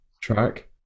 track